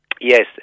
yes